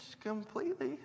completely